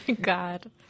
God